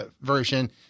version –